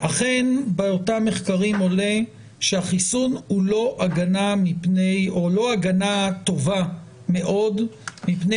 אכן באותם מחקרים עולה שהחיסון הוא לא הגנה טובה מאוד מפני